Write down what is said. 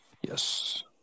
yes